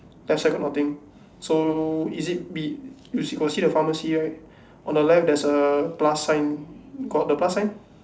left side got nothing so is it be you got see the pharmacy right on the left there's a plus sign got the plus sign